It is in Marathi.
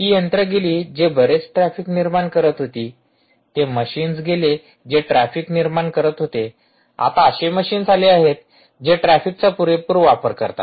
ती यंत्रं गेली जे बरेच ट्रॅफिक निर्माण करत होती ते मशिन्स गेले जे ट्रॅफिक निर्माण करत होते आता असे मशिन्स आले आहेत जे ट्रॅफिकचा पुरेपूर वापर करतात